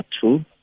two